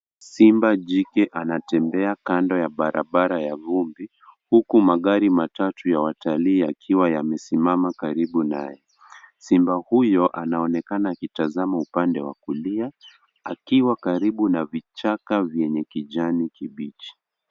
Simba jike anatembea kando ya barabara ya vumbi, huku magari matatu ya watalii yakiwa yamesimama kaibu naye, simba huyo anaonekana akitazama upande wa kulia akiwa karibu na vichaka vyenye kijani kibichi.